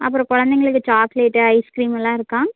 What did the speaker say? அப்புறம் குழந்தைங்களுக்கு chocolate ice cream எல்லாம் இருக்கா